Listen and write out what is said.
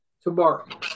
tomorrow